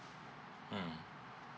mm